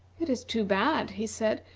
it is too bad, he said,